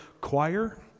choir